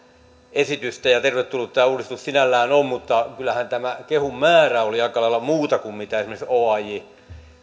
esitystä ja tervetullut tämä uudistus sinällään on mutta kyllähän tämä kehun määrä oli aika lailla muuta kuin mitä esimerkiksi oaj